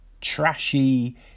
Trashy